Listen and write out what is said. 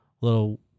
little